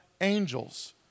angels